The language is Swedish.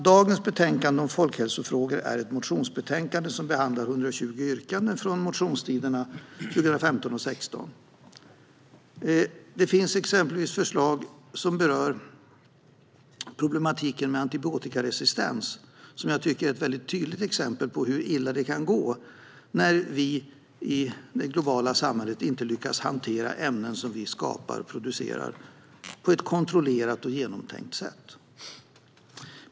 Dagens betänkande om folkhälsofrågor är ett motionsbetänkande, som behandlar 120 yrkanden från allmänna motionstiderna 2015 och 2016. Här finns exempelvis förslag som berör problematiken med antibiotikaresistens, vilket jag tycker är ett väldigt tydligt exempel på hur illa det kan gå när vi i det globala samhället inte lyckas hantera ämnen vi skapar och producerar på ett kontrollerat och genomtänkt sätt.